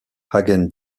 hagen